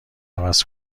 عوض